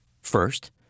First